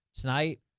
Tonight